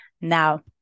now